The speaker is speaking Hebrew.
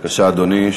בבקשה, אדוני.